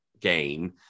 game